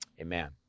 amen